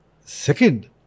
Second